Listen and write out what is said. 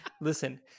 Listen